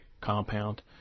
compound